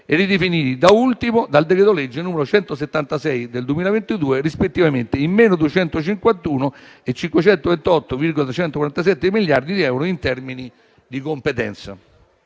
e ridefiniti, da ultimo, dal decreto-legge n. 176 del 2022, rispettivamente in -251 e 528,347 miliardi di euro in termini di competenza.